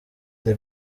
the